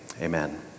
Amen